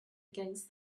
against